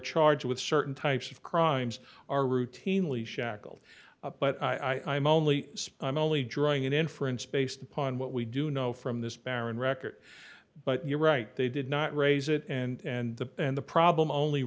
charged with certain types of crimes are routinely shackled but i'm only i'm only drawing an inference based upon what we do know from this baron record but you're right they did not raise it and the and the problem only